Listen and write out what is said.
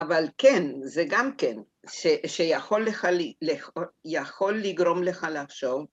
‫אבל כן, זה גם כן, ‫שיכול לגרום לך לחשוב...